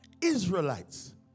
Israelites